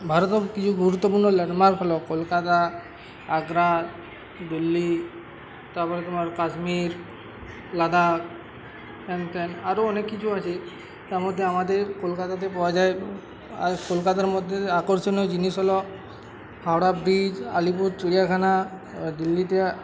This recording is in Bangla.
ভারতের কিছু গুরুত্বপূর্ণ ল্যান্ডমার্ক হল কলকাতা আগ্রা দিল্লি তারপরে তোমার কাশ্মীর লাদাখ হ্যান ত্যান আরও অনেক কিছু আছে তার মধ্যে আমাদের কলকাতাতে পাওয়া যায় আর কলকাতার মধ্যে আকর্ষণীয় জিনিস হল হাওড়া ব্রিজ আলিপুর চিড়িয়াখানা দিল্লিতে